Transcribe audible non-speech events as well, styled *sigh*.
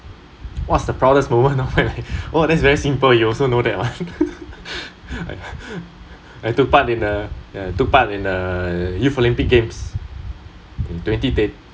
what's the proudest the moment of my life oh that's very simple you also know that what *laughs* I took part in the yeah took part in the youth olympics games in twenty twen~